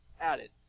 added